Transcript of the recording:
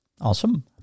Awesome